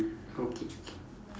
okay